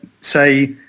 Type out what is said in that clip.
say